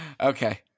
Okay